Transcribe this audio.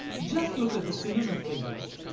just look at the cinema figures.